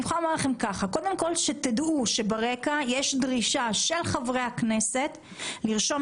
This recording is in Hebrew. אני יכולה לומר לכם שתדעו שברקע יש דרישה של חברי הכנסת לרשום